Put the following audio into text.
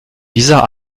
dieser